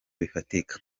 bifatika